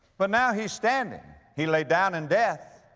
but now he's standing. he laid down in death,